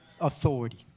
authority